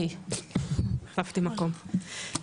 בבקשה.